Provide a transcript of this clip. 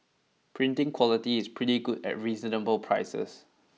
printing quality is pretty good at reasonable prices